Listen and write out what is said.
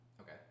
Okay